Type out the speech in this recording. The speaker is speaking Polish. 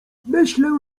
myślę